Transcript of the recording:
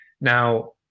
now